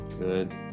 Good